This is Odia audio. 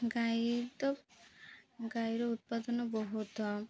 ଗାଈ ତ ଗାଈର ଉତ୍ପାଦନ ବହୁତ